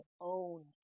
own